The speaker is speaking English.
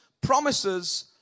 Promises